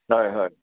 হয় হয়